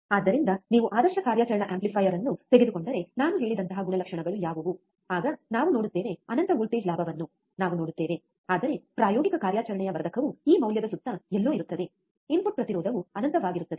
ಆದ್ದರಿಂದ ನೀವು ಆದರ್ಶ ಕಾರ್ಯಾಚರಣಾ ಆಂಪ್ಲಿಫೈಯರ್ ಅನ್ನು ತೆಗೆದುಕೊಂಡರೆ ನಾನು ಹೇಳಿದಂತಹ ಗುಣಲಕ್ಷಣಗಳು ಯಾವುವು ಆಗ ನಾವು ನೋಡುತ್ತೇವೆ ಅನಂತ ವೋಲ್ಟೇಜ್ ಲಾಭವನ್ನು ನಾವು ನೋಡುತ್ತೇವೆ ಆದರೆ ಪ್ರಾಯೋಗಿಕ ಕಾರ್ಯಾಚರಣೆಯ ವರ್ಧಕವು ಈ ಮೌಲ್ಯದ ಸುತ್ತ ಎಲ್ಲೋ ಇರುತ್ತದೆ ಇನ್ಪುಟ್ ಪ್ರತಿರೋಧವು ಅನಂತವಾಗಿರುತ್ತದೆ